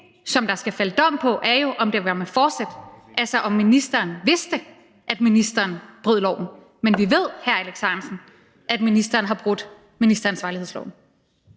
som der skal falde dom om, er jo, om det var med forsæt, altså om ministeren vidste, at ministeren brød loven. Men vi ved, hr. Alex Ahrendtsen, at ministeren har brudt ministeransvarlighedsloven.